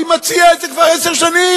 אני מציע את זה כבר עשר שנים.